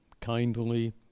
kindly